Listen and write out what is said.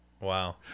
Wow